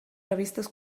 revistes